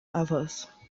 others